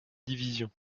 division